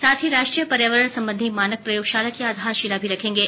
साथ ही राष्ट्रीय पर्यावरण संबंधी मानक प्रयोगशाला की आधारशिला भी रखेंगे